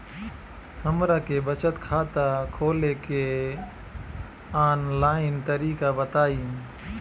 हमरा के बचत खाता खोले के आन लाइन तरीका बताईं?